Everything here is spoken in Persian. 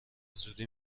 زودی